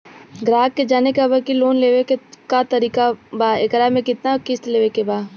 ग्राहक के जाने के बा की की लोन लेवे क का तरीका बा एकरा में कितना किस्त देवे के बा?